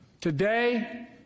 Today